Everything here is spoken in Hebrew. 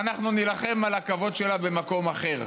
אנחנו נילחם על הכבוד שלה במקום אחר,